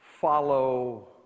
follow